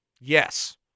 Yes